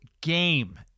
game